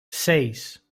seis